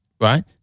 right